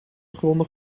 grondig